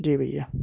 जी भैया